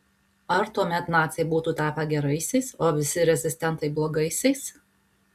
ar tuomet naciai būtų tapę geraisiais o visi rezistentai blogaisiais